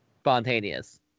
spontaneous